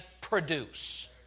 produce